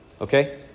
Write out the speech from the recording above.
Okay